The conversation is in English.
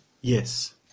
Yes